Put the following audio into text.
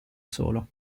solo